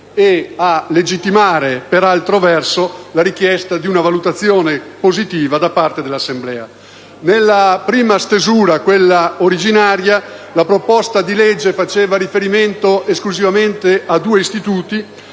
e a legittimare, per altro verso, la richiesta di una valutazione positiva da parte dell'Assemblea. Nella prima stesura, quella originaria, la proposta di legge faceva riferimento esclusivamente a due enti, ai